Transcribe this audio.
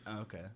Okay